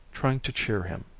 trying to cheer him